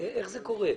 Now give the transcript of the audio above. איך זה קורה?